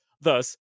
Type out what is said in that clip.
Thus